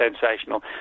sensational